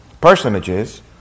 personages